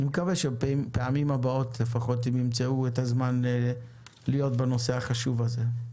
אני מקווה שבפעמים הבאות לפחות הן ימצאו את הזמן להיות בנושא החשוב הזה.